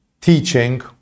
teaching